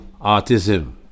autism